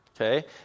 Okay